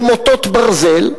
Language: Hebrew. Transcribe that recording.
למוטות ברזל,